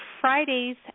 Fridays